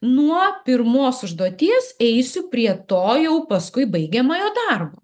nuo pirmos užduoties eisiu prie to jau paskui baigiamojo darbo